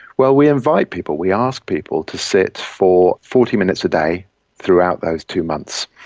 well, we invite people, we ask people to sit for forty minutes a day throughout those two months.